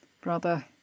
brother